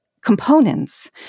components